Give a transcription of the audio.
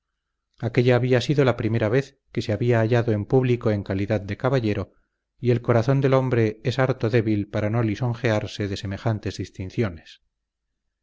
aquélla había sido la primera vez que se había hallado en público en calidad de caballero y el corazón del hombre es harto débil para no lisonjearse de semejantes distinciones